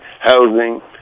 housing